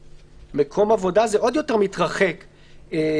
במקום עבודה זה עוד יותר מתרחק מהעניין